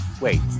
Wait